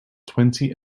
twenty